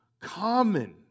common